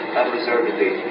unreservedly